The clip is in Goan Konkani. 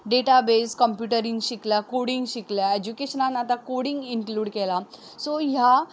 डॅटा बॅज कंम्प्युटरींग शिकल्या कोडींग शिकल्या एज्युकेशनान आतां कोडींग इनक्लूड केलां सो ह्या